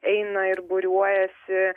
eina ir būriuojasi